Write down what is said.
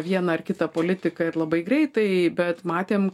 vieną ar kitą politiką ir labai greitai bet matėm